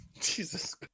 Jesus